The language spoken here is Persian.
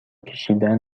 کشیدن